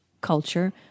culture